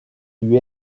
lui